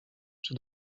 czy